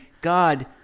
God